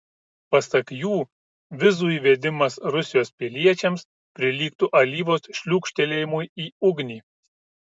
pasak jų vizų įvedimas rusijos piliečiams prilygtų alyvos šliūkštelėjimui į ugnį